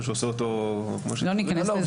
שהוא עושה אותו --- לא ניכנס לזה.